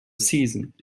season